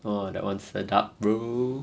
!wah! that one sedap bro